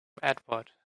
edward